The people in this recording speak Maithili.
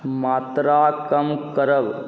मात्रा कम करब